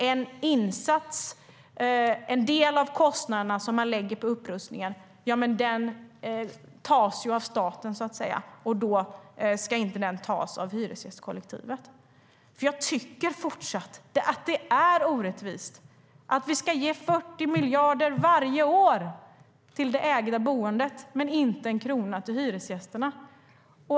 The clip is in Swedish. En insats, en del av kostnaderna som man lägger på upprustningen tas av staten, och då ska inte den tas av hyresgästkollektivet. Jag tycker fortsatt att det är orättvist att vi ska ge 40 miljarder varje år till det ägda boendet men inte en krona till hyresgästerna.